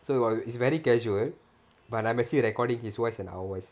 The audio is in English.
so it was it's very casual but I'm still recording his voice and our voice